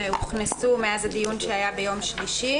שהוכנסו מאז הדיון שהיה ביום שלישי.